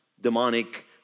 demonic